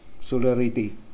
solidarity